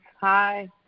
hi